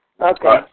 Okay